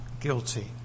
guilty